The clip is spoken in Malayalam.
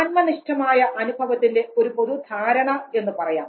ആത്മനിഷ്ഠമായ അനുഭവത്തിന്റെ ഒരു പൊതുധാരണ എന്ന് പറയാം